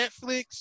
Netflix